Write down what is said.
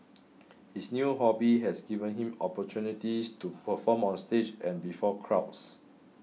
his new hobby has given him opportunities to perform on stage and before crowds